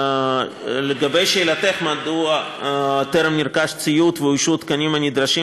לגבי שאלתך מדוע טרם נרכש ציוד ואוישו התקנים הנדרשים